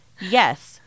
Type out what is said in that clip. yes